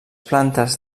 plantes